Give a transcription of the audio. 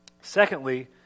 Secondly